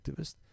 activist